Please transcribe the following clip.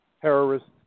terrorists